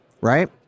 right